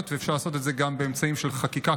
ואפשר לעשות את זה גם באמצעים של חקיקה,